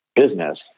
business